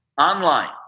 online